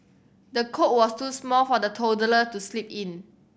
the cot was too small for the toddler to sleep in